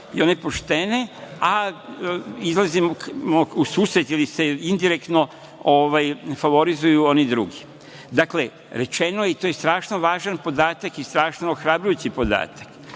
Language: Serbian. i one poštene, a izlazimo u susret ili se indirektno favorizuju oni drugi. Dakle, rečeno je, i to je strašno važan podatak i strašno ohrabrujući podatak,